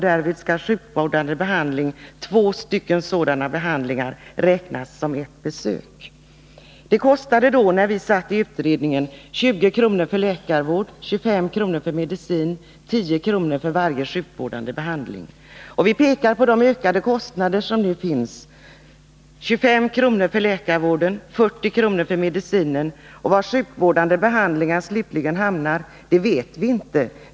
Därvid skall två sjukvårdande behandlingar räknas som ett besök. När vi satt i utredningen kostade ett läkarbesök 20 kr., medicin 25 kr. och varje sjukvårdsbehandling 10 kr. Vi pekar nu på de ökade kostnaderna: 25 kr. för läkarvården, 40 kr. för medicinen — och var kostnaden för sjukvårdande behandling till slut hamnar vet vi inte.